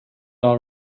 all